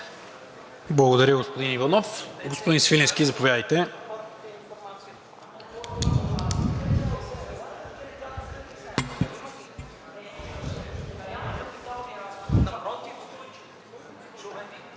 Благодаря, господин Иванов. Господин Свиленски, заповядайте.